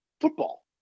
football